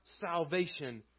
salvation